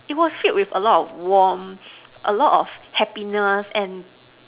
it was filled with a lot of warmth a lot of happiness and